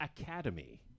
Academy